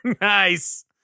Nice